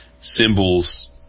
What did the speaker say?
symbols